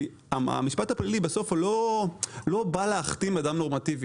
כי המשפט הפלילי לא בא להכתים אדם נורמטיבי.